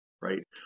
right